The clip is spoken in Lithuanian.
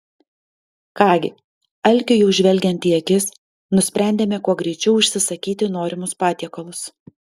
ką gi alkiui jau žvelgiant į akis nusprendėme kuo greičiau užsisakyti norimus patiekalus